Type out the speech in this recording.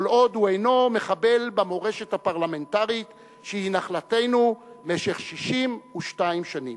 כל עוד הוא אינו מחבל במורשת הפרלמנטרית שהיא נחלתנו במשך 62 שנים.